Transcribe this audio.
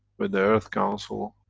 when the earth council,